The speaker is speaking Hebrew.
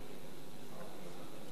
חבורה שאומרת שהיא לאומית.